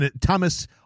Thomas